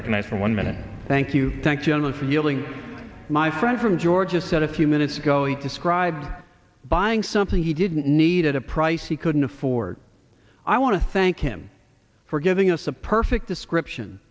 recognized for one minute thank you thank general feeling my friend from georgia said a few minutes ago he described buying something he didn't need at a price he couldn't afford i want to thank him for giving us a perfect description